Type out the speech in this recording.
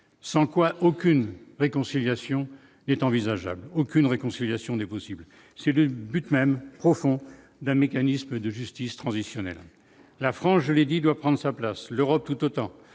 sans quoi aucune réconciliation n'est envisageable, aucune réconciliation n'est possible chez Lu but même profond d'un mécanisme de justice transitionnelle, la France, je l'ai dit, doit prendre sa place, l'Europe, tout autant,